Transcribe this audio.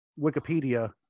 Wikipedia